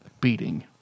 beating